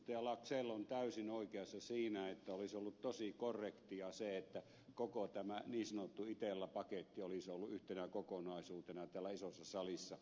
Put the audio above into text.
laxell on täysin oikeassa siinä että olisi ollut tosi korrektia se että koko tämä niin sanottu itella paketti olisi ollut yhtenä kokonaisuutena täällä isossa salissa